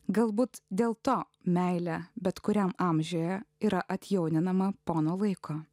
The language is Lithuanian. galbūt dėl to meilę bet kuriam amžiuje yra atjauninama pono vaiko